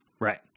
Right